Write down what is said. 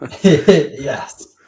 Yes